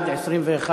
(מעצרים),